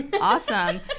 Awesome